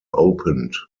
opened